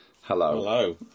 Hello